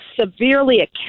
severely